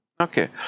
okay